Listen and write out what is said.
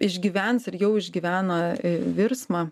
išgyvens ir jau išgyvena virsmą